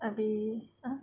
abeh (uh huh)